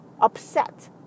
upset